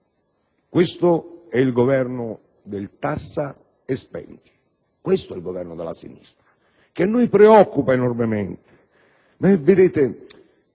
Questo è il Governo del "tassa e spendi"; questo è il Governo della sinistra, che a noi preoccupa enormemente.